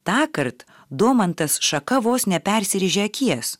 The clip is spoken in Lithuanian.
tąkart domantas šaka vos nepersirėžė akies